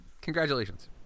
Congratulations